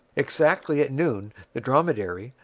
exactly at noon the dromedary,